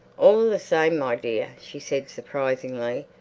all the same, my dear, she said surprisingly,